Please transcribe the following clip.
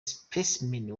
specimen